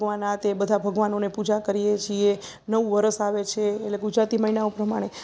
ભગવાન આ તે બધા ભગવાનોને પૂજા કરીએ છીએ નવું વર્ષ આવે છે એટલે ગુજરાતી મહિનાઓ પ્રમાણે